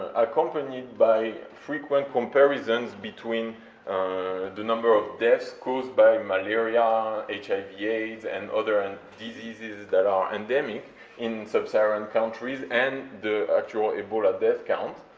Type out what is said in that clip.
accompanied by frequent comparisons between the number of deaths caused by malaria, hiv aids, and other and diseases that are endemic in sub-saharan countries, and the actual ebola death count,